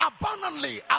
abundantly